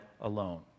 alone